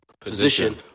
position